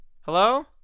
Hello